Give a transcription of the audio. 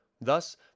Thus